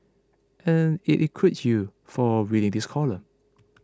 and it includes you for reading this column